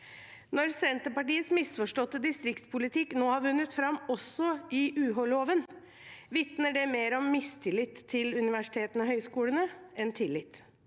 Når Senterpartiets misforståtte distriktspolitikk nå har vunnet fram også i UH-loven, vitner det mer om mistillit til universitetene og høyskolene enn om tillit.